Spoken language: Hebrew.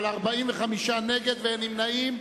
אבל 45 נגד, ואין נמנעים.